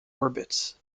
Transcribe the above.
orbits